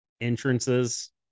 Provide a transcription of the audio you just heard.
entrances